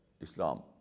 Islam